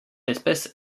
espèce